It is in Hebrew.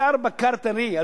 בשר בקר טרי,